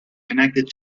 connected